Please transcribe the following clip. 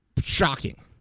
Shocking